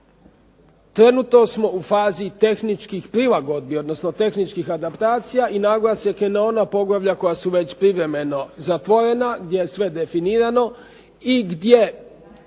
Trenutno smo u fazi tehničkih prilagodbi, odnosno tehničkih adaptacija i naglasak je na ona poglavlja koja su već privremeno zatvorena, gdje je sve definirano i gdje